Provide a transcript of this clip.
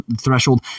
threshold